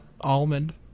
almond